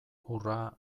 hurra